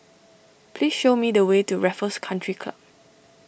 please show me the way to Raffles Country Club